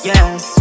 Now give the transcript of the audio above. Yes